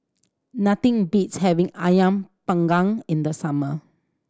nothing beats having Ayam Panggang in the summer